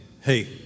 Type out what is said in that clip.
Hey